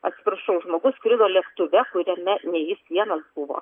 atsiprašau žmogus skrido lėktuve kuriame ne jis vienas buvo